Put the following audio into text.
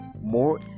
more